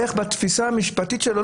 איך בתפיסה המשפטית שלו,